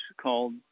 called